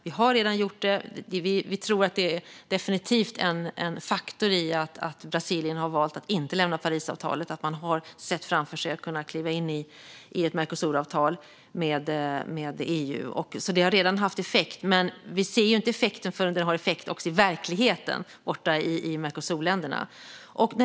Vi har redan gjort det. Vi tror definitivt att det är en faktor när det gäller att Brasilien har valt att inte lämna Parisavtalet, att man har sett framför sig att kunna kliva in i ett Mercosuravtal med EU. Det har alltså redan haft effekt. Men vi ser inte någon effekt förrän detta får en effekt också i verkligheten borta i Mercosurländerna.